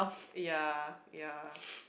ya ya